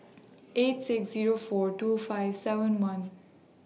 eight six Zero four two five seven one